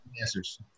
answers